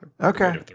Okay